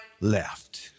left